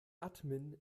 admin